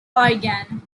organ